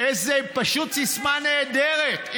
פשוט סיסמה נהדרת.